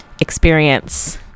experience